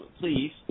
please